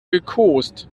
gekost